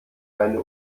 eine